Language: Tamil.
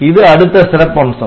இது அடுத்த சிறப்பம்சம்